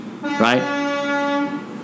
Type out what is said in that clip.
Right